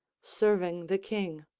serving the king.